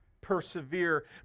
persevere